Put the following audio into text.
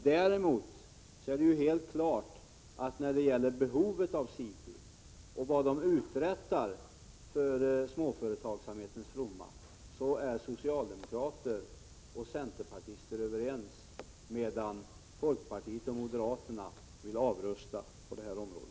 Däremot är det helt klart att när det gäller behovet av SIFU och vad som där uträttas till småföretagsamhetens fromma är socialdemokrater och centerpartister överens, medan folkpartister och moderater vill avrusta på det här området.